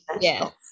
Yes